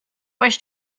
wish